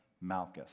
Malchus